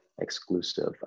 exclusive